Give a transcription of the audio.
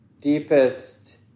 deepest